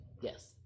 Yes